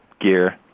gear